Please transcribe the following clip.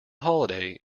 holiday